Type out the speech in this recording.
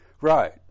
Right